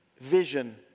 vision